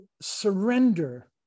surrender